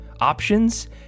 options